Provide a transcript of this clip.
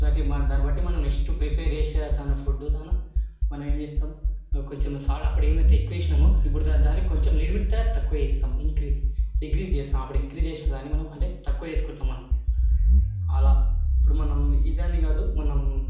బట్టి దాన్ని బట్టి మనం నెక్స్ట్ ప్రిపేర్ చేసే అతను ఫుడ్ కాన మనం ఏం చేస్తాం కొంచం సా అప్పుడు ఏమైతే ఎక్కువ వేసినమో ఇప్పుడు దానికి కొంచం లిమిట్ తక్కువ వేస్తాం ఇంక్రీ డిక్రీస్ చేస్తాం అప్పుడు ఇంక్రీస్ చేసిన దాన్ని అంటే తక్కువ చేస్కుంటాం మనం అలా ఇప్పుడు మనం ఇది అని కాదు మనం